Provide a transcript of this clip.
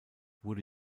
wurde